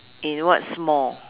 in what small